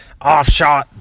offshot